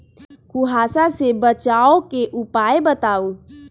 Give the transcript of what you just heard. कुहासा से बचाव के उपाय बताऊ?